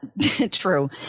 true